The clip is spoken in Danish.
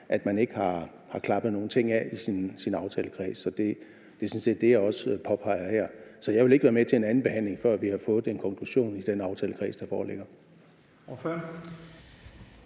man ikke har klappet nogen ting af i sin aftalekreds. Det er sådan set det, jeg også påpeger her. Så jeg vil ikke være med til en anden behandling, før vi har fået den konklusion i den aftalekreds, der foreligger.